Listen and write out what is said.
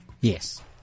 Yes